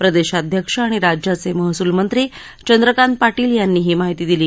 प्रदेशाध्यक्ष आणि राज्याचे महसूलमंत्री चंद्रकांत पाटील यांनी ही माहिती दिली